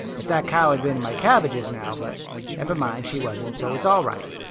if that cow had been in my cabbages now. but never mind, she wasn't, so it's all right.